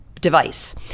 device